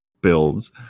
builds